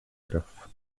krew